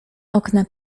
okna